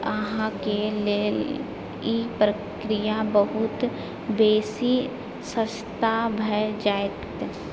सँ अहाँकेँ लेल ई प्रक्रिआ बहुत बेसी सस्ता भए जाएत